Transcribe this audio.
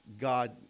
God